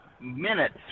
minutes